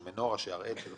של מנורה, של הראל, של